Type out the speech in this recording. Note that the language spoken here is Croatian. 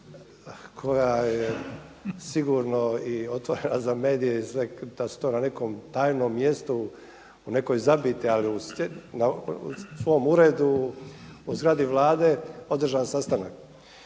koja je sigurno i otvorena za medije i sve. Da su to na nekom tajnom mjestu, u nekoj zabiti, ali u svom uredu, u zgradi Vlade održan sastanak.